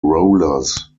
rollers